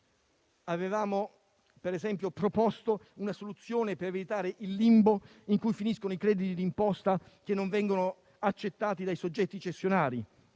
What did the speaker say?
proposto, per esempio, una soluzione per evitare il limbo in cui finiscono i crediti d'imposta che non vengono accettati dai soggetti cessionari.